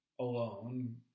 alone